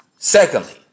Secondly